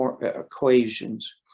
equations